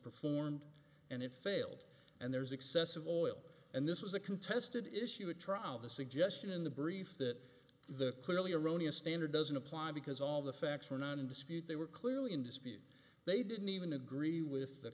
performed and it failed and there's excessive oil and this was a contested issue a trial of the suggestion in the brief that the clearly erroneous standard doesn't apply because all the facts are not in dispute they were clearly in dispute they didn't even agree with the